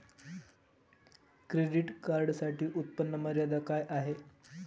Credit कार्डसाठी उत्त्पन्न मर्यादा काय आहे?